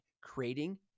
creating